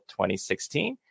2016